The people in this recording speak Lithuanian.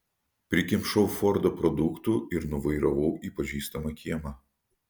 prikimšau fordą produktų ir nuvairavau į pažįstamą kiemą